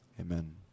Amen